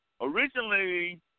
Originally